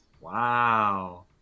Wow